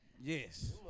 Yes